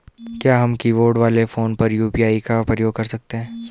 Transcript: क्या हम कीबोर्ड वाले फोन पर यु.पी.आई का प्रयोग कर सकते हैं?